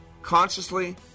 consciously